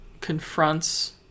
confronts